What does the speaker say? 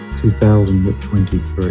2023